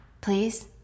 Please